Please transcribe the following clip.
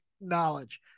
knowledge